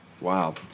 Wow